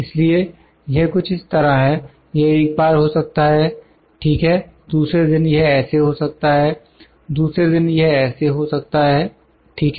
इसलिए यह कुछ इस तरह है यह एक बार हो सकता है ठीक है दूसरे दिन यह ऐसे हो सकता है दूसरे दिन पर यह ऐसे हो सकता है ठीक है